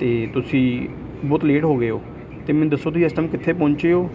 ਅਤੇ ਤੁਸੀਂ ਬਹੁਤ ਲੇਟ ਹੋ ਗਏ ਹੋ ਅਤੇ ਮੈਨੂੰ ਦੱਸੋ ਤੁਸੀਂ ਇਸ ਟਾਈਮ ਕਿੱਥੇ ਪਹੁੰਚੇ ਹੋ